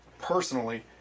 personally